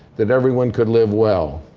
that everyone could live well.